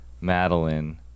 madeline